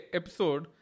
episode